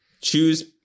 choose